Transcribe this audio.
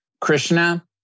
Krishna